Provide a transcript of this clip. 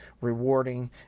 rewarding